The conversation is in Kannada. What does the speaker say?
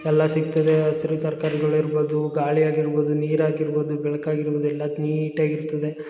ಎಲ್ಲ ಸಿಗ್ತದೆ ಹಸಿರು ತರ್ಕಾರಿಗಳಿರ್ಬೋದು ಗಾಳಿಯಾಗಿರ್ಬೋದು ನೀರಾಗಿರ್ಬೋದು ಬೆಳ್ಕಾಗಿರ್ಬೋದು ಎಲ್ಲ ನೀಟಾಗಿರ್ತದೆ